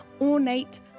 ornate